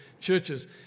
churches